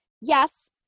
yes